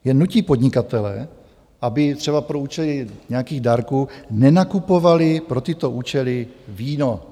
Jen nutí podnikatele, aby třeba pro účely nějakých dárků nenakupovali pro tyto účely víno.